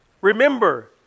remember